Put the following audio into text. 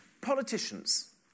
Politicians